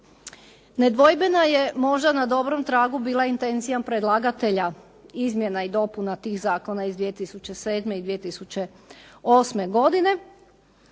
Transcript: nedvojbeno je možda na dobrom tragu bila intencijom predlagatelja izmjena i dopuna tih zakona iz 2007. i 2008. godine